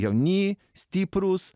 jauni stiprūs